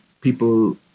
people